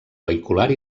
vehicular